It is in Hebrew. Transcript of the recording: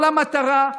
כל המטרה,